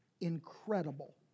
incredible